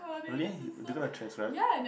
really they going to transcribe